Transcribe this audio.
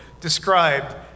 described